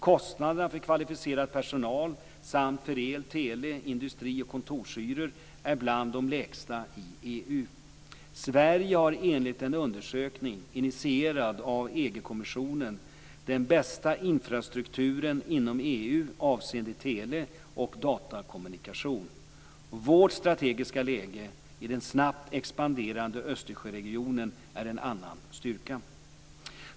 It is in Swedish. Kostnaderna för kvalificerad personal samt för el, tele, industri och kontorshyror är bland de lägsta i EU. Sverige har enligt en undersökning - initierad av EG-kommissionen - den bästa infrastrukturen inom EU avseende tele och datakommunikation. Vårt strategiska läge i den snabbt expanderande Östersjöregionen är en annan styrka.